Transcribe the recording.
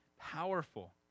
Powerful